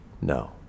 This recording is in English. No